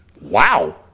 wow